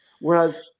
Whereas